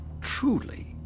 truly